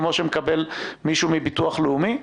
כמו שמקבל מישהו מביטוח לאומי?